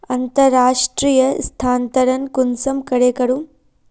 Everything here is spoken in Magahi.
अंतर्राष्टीय स्थानंतरण कुंसम करे करूम?